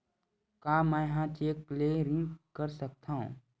का मैं ह चेक ले ऋण कर सकथव?